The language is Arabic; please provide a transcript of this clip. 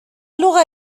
لغة